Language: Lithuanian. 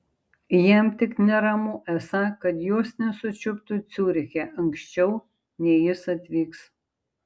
jam tik neramu esą kad jos nesučiuptų ciuriche anksčiau nei jis atvyks